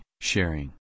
sharing